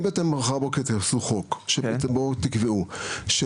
במידה ואתם מחר בבוקר תוציאו חוק שבו אתם תקבעו ששכר